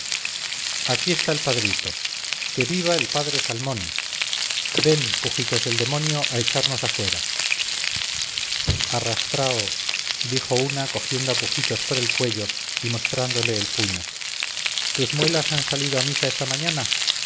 aquí está el padrito que viva el padre salmón ven pujitos del demonio a echarnos afuera arrastrao dijo una cogiendo a pujitos por el cuello y mostrándole el puño tus muelas han salido a misa esta mañana